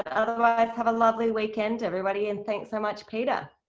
otherwise, have a lovely weekend, everybody, and thanks so much, peter.